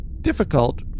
difficult